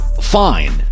fine